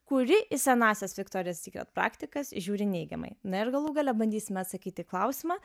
kuri į senąsias viktorijos sykret praktikas žiūri neigiamai na ir galų gale bandysim atsakyt į klausimą